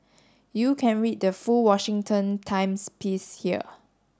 you can read the full Washington Times piece here